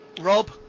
Rob